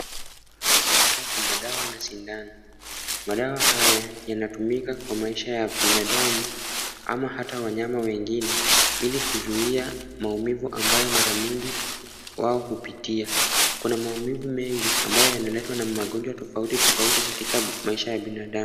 Hapa kuna dawa na shindano, madawa haya yanatumika kwa maisha ya binadamu ama hata wanyama wengine, ili kuzuia maumivu ambayo mara mingi wao hupitia, kuna maumivu mengi ambayo yanaletwa na magonjwa tofauti tofauti katika maisha ya binadamu.